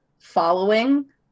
following